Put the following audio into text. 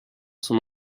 son